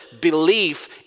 belief